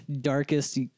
darkest